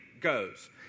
goes